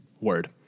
Word